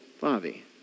Bobby